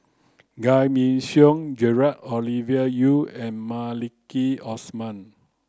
Giam Yean Song Gerald Ovidia Yu and Maliki Osman